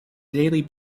daily